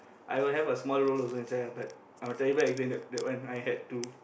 I will have a small role also inside ah but I'm a terrible actor in that that one I had to